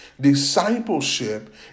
Discipleship